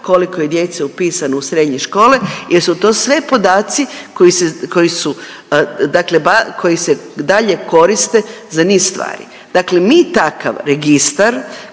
koliko je djece upisano u srednje škole jer su to sve podaci koji se, koji su dakle ba… koji se dalje koriste za niz stvari. Dakle mi takav registar